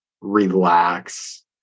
relax